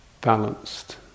balanced